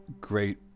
great